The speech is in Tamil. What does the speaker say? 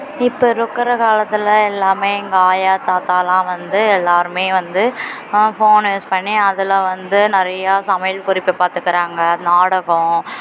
இப்போ இருக்கிற காலத்தில் எல்லாமே எங்கள் ஆயா தாத்தாவெலாம் வந்து எல்லாேருமே வந்து ஆ ஃபோனு யூஸ் பண்ணி அதில் வந்து நிறையா சமையல் குறிப்பு பார்த்துக்குறாங்க நாடகம்